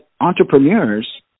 entrepreneurs